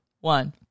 one